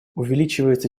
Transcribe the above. увеличивается